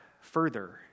further